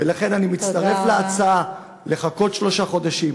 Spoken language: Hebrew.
ולכן אני מצטרף להצעה לחכות שלושה חודשים,